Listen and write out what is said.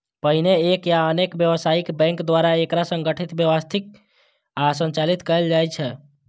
पहिने एक या अनेक व्यावसायिक बैंक द्वारा एकरा संगठित, व्यवस्थित आ संचालित कैल जाइ छै